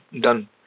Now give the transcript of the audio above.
done